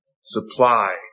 supply